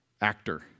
actor